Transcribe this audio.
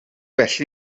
well